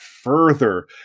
further